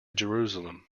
jerusalem